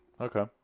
Okay